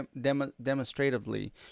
demonstratively